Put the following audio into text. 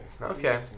Okay